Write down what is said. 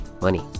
money